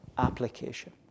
Application